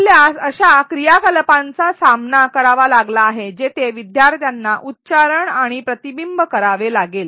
आपल्यास अशा क्रियाकलापांचा सामना करावा लागला आहे का जेथे शिकणाऱ्यांना स्पष्ट शब्दात अभिव्यक्ती आणि प्रतिबिंब करावे लागले